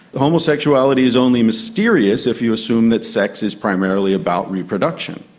homosexuality is only mysterious if you assume that sex is primarily about reproduction.